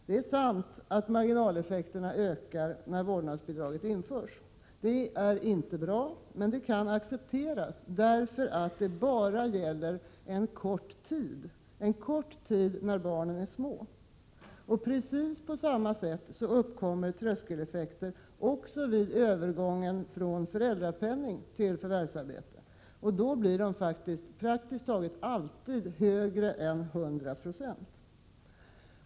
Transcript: Det är sant att marginaleffekterna ökar när vårdnadsbidraget införs. Det är inte bra, men det kan accepteras därför att det bara gäller en kort tid, när barnen är små. Precis på samma sätt uppkommer tröskeleffekter också vid övergång från föräldrapenning till förvärvsarbete — och då blir det praktiskt taget alltid större än 100 96.